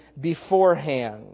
beforehand